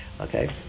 Okay